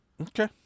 Okay